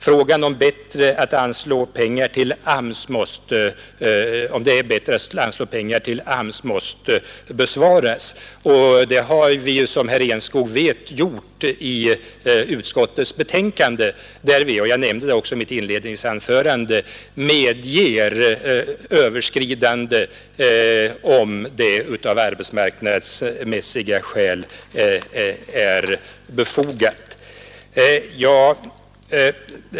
Frågan om det är bättre att anslå pengar AMS-vägen måste besvaras. Det har vi, som herr Enskog vet, gjort i utskottets betänkande, och jag nämnde det också i mitt inledningsanförande. Utskottet medger överskridande, om det av arbetsmarknadsmässiga skäl är befogat.